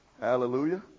Hallelujah